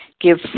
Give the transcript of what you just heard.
Give